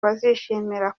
bazishimira